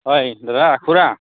হয় দাদা খুৰা